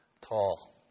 tall